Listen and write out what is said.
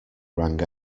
rang